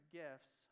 gifts